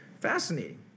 Fascinating